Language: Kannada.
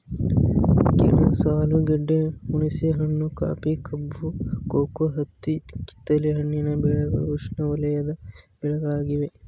ಗೆಣಸು ಆಲೂಗೆಡ್ಡೆ, ಹುಣಸೆಹಣ್ಣು, ಕಾಫಿ, ಕಬ್ಬು, ಕೋಕೋ, ಹತ್ತಿ ಕಿತ್ತಲೆ ಹಣ್ಣಿನ ಬೆಳೆಗಳು ಉಷ್ಣವಲಯದ ಬೆಳೆಗಳಾಗಿವೆ